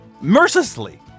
mercilessly